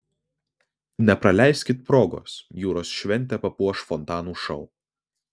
nepraleiskit progos jūros šventę papuoš fontanų šou